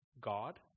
God